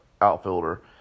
outfielder